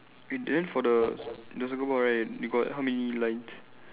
and then for the the soccer ball right you got how many lines